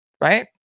Right